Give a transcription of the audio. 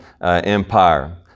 Empire